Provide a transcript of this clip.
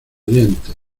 dientes